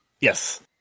Yes